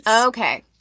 Okay